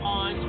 on